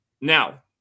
Now